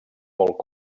molt